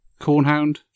cornhound